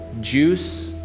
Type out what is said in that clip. juice